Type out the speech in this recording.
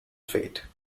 fate